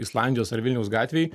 islandijos ar vilniaus gatvėj